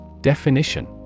Definition